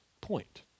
point